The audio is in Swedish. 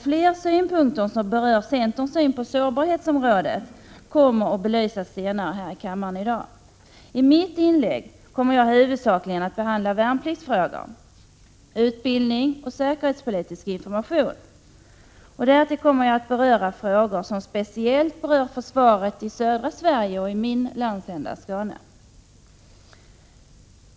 Flera synpunkter som gäller centerns syn på sårbarhetsfrågorna kommer att tas upp senare i kammaren i dag. I mitt inlägg kommer jag huvudsakligen att behandla värnpliktsfrågor, utbildning och säkerhetspolitisk information. 87 Därtill kommer jag att beröra frågor som speciellt gäller försvaret i södra Sverige och min egen landsända, Skåne.